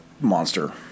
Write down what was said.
monster